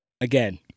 again